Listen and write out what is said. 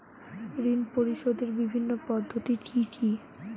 ঋণ পরিশোধের বিভিন্ন পদ্ধতি কি কি?